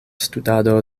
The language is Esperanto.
studado